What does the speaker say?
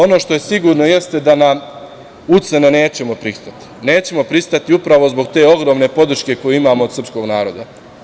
Ono što je sigurno jeste da na ucene nećemo pristati, nećemo pristati upravo zbog te ogromne podrške koju imamo od srpskog naroda.